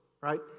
right